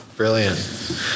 Brilliant